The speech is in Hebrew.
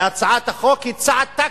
בהצעת החוק היא צעד טקטי,